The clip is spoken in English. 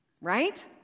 Right